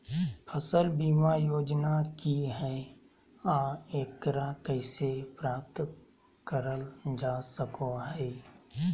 फसल बीमा योजना की हय आ एकरा कैसे प्राप्त करल जा सकों हय?